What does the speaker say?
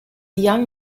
young